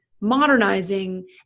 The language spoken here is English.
Modernizing